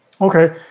Okay